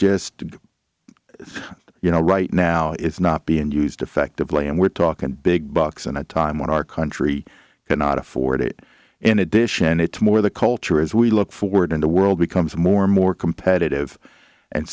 just you know right now is not being used effectively and we're talking big bucks in a time when our country cannot afford it in addition it's more the culture as we look forward in the world becomes more and more competitive and